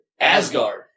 Asgard